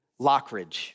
Lockridge